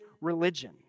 religion